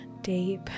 deep